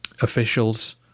Officials